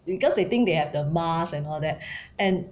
because they think they have the mask and all that and